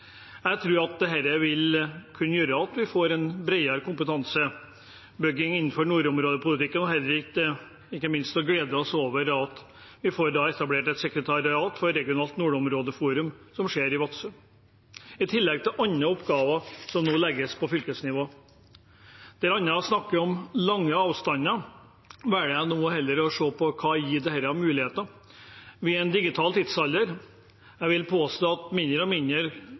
Jeg tror det vil kunne gjøre at vi får en bredere kompetansebygging innenfor nordområdepolitikken. Ikke minst gleder vi oss over at vi får etablert et sekretariat for Regionalt nordområdeforum, som skjer i Vadsø, i tillegg til andre oppgaver som nå legges på regionnivå. Der andre snakker om lange avstander, velger jeg heller å se på hva dette gir av muligheter. Vi er i en digital tidsalder. Jeg vil påstå at det vil ha stadig mindre